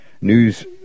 news